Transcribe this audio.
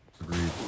Agreed